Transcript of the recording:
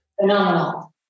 Phenomenal